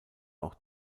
auch